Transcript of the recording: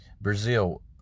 Brazil